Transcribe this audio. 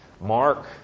Mark